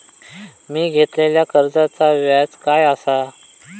मी घेतलाल्या कर्जाचा व्याज काय आसा?